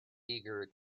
eager